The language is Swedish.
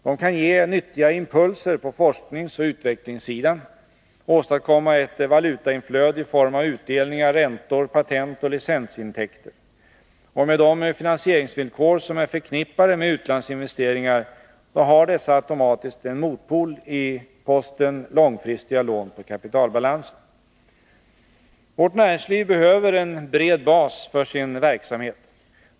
De kan ge nyttiga impulser på forskningsoch utvecklingssidan och åstadkomma ett valutainflöde i form av utdelningar, räntor, patentoch licensintäkter. Och med de finansieringsvillkor som är förknippade med utlandsinvesteringar har dessa automatiskt en motpol i posten långfristiga lån på kapitalbalansen. Vårt näringsliv behöver en bred bas för sin verksamhet.